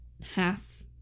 half